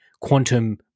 quantum